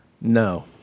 No